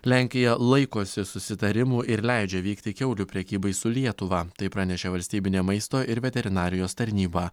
lenkija laikosi susitarimų ir leidžia vykti kiaulių prekybai su lietuva tai pranešė valstybinė maisto ir veterinarijos tarnyba